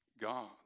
God